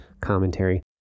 commentary